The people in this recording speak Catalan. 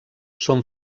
són